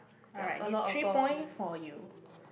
alright these three point for you